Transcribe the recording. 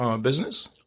business